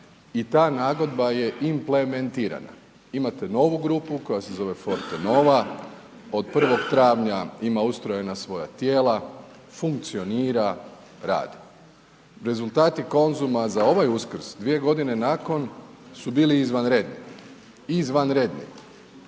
i ta nagodba je implementirana. Imate novu grupu koja se zove Fortenova, od 1. travnja ima ustrojena svoja tijela, funkcionira, radi. Rezultati Konzuma za ovaj Uskrs, 2 g. nakon, su bili izvanredni, izvanredni,